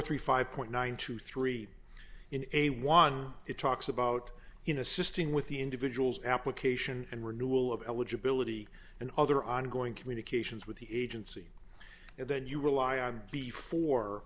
thirty five point nine two three in a one it talks about you know assisting with the individual's application and renewal of eligibility and other ongoing communications with the agency and then you rely on before